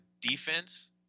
defense